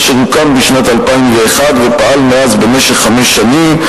אשר הוקם בשנת 2001 ופעל מאז במשך חמש שנים.